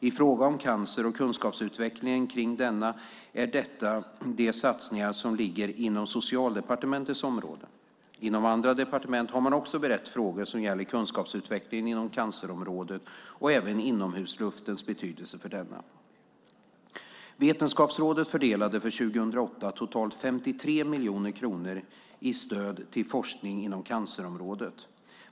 I fråga om cancer och kunskapsutvecklingen kring denna är detta de satsningar som ligger inom Socialdepartementets område. Inom andra departement har man också berett frågor som gäller kunskapsutvecklingen inom cancerområdet, även inomhusluftens betydelse för denna. Vetenskapsrådet fördelade för 2008 totalt 53 miljoner kronor i stöd till forskning inom cancerområdet.